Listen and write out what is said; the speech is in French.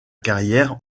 carrière